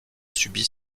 subit